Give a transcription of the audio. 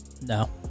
no